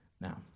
Now